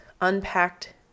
unpacked